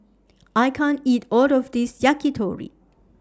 I can't eat All of This Yakitori